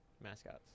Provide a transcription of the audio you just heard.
Mascots